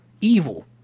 evil